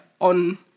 on